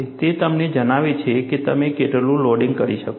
તે તમને જણાવે છે કે તમે કેટલું લોડિંગ કરી શકો છો